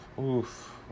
Oof